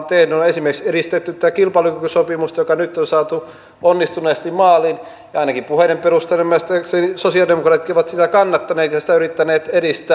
no esimerkiksi on edistetty tätä kilpailukykysopimusta joka nyt on saatu onnistuneesti maaliin ja ainakin puheiden perusteella ymmärtääkseni sosialidemokraatit ovat sitä kannattaneet ja sitä yrittäneet edistää